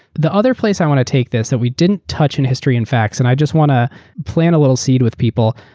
the other place i want to take this that we didn't touch in history and facts. and i just want to plan a little seed with people.